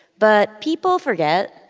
but people forget.